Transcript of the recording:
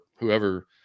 whoever